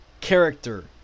character